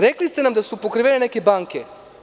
Rekli ste nam da su pokrivene neke banke.